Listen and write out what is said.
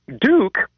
Duke